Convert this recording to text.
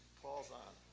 paul's on.